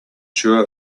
sure